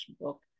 book